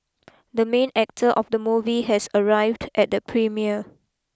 the main actor of the movie has arrived at the premiere